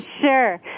Sure